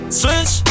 switch